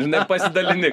ir nepasidalini